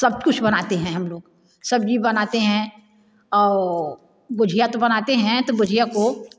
सब कुछ बनाते हैं हम लोग सब्जी बनाते हैं आउ गुजिया तो बनाते हैं तो गुजिया को